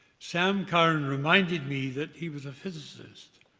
sam curran reminded me that he was a physicist,